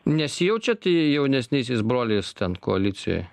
nesijaučiat jaunesnysis brolis ten koalicijoj